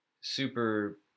super